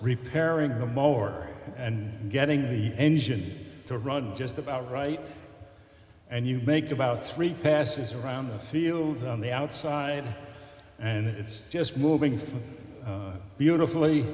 repairing a mower and getting the engine to run just about right and you make about three passes around the fields on the outside and it's just moving from beautifully